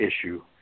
issue